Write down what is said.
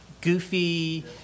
goofy